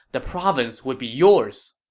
the province would be yours.